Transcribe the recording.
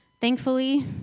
Thankfully